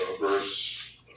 verse